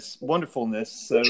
wonderfulness